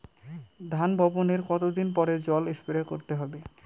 ধান বপনের কতদিন পরে জল স্প্রে করতে হবে?